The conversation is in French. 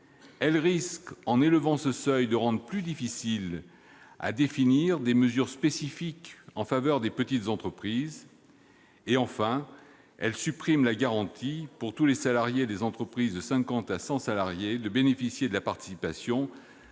En outre, elle risque de rendre plus difficile la définition de mesures spécifiques en faveur des petites entreprises et elle supprime la garantie pour tous les salariés des entreprises de 50 à 100 salariés de bénéficier de la participation